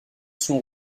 son